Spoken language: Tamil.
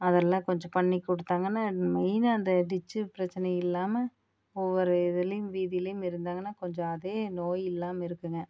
அதெல்லாம் கொஞ்சம் பண்ணி கொடுத்தாங்கன்னா மெயினாக அந்த டிச்சு பிரச்சனை இல்லாமல் ஒவ்வொரு இதுலேயும் வீதியிலேயும் இருந்தாங்கன்னா கொஞ்சம் அதே நோயில்லாமல் இருக்குங்க